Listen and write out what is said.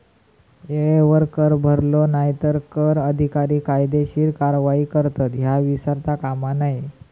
येळेवर कर भरलो नाय तर कर अधिकारी कायदेशीर कारवाई करतत, ह्या विसरता कामा नये